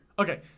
Okay